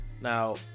Now